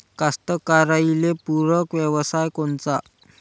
कास्तकाराइले पूरक व्यवसाय कोनचा?